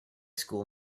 school